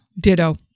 Ditto